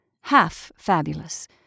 half-fabulous